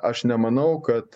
aš nemanau kad